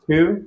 Two